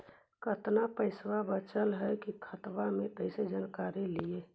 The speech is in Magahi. कतना पैसा बचल है खाता मे कैसे जानकारी ली?